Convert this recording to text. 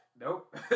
Nope